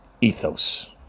ethos